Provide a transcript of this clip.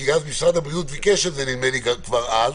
כי משרד הבריאות ביקש את זה ממני כבר אז.